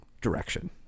direction